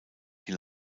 die